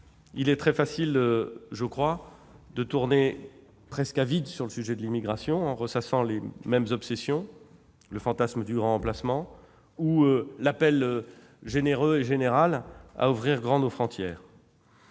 Il est très facile, je crois, de tourner presque à vide sur le sujet de l'immigration, en ressassant les mêmes obsessions, comme le fantasme du grand remplacement ou l'appel généreux et général à ouvrir grand nos frontières.